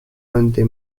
ante